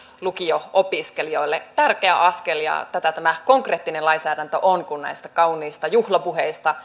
lukio opiskelijoille tärkeä askel ja tätä tämä konkreettinen lainsäädäntö on kun näistä kauniista juhlapuheista